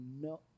no